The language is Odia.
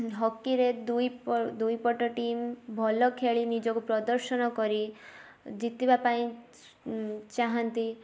ହକିରେ ଦୁଇ ପ ଦୁଇ ପଟ ଟିମ ଭଲ ଖେଳି ନିଜକୁ ପ୍ରଦର୍ଶନ କରି ଜିତିବା ପାଇଁ ଚାହାଁନ୍ତି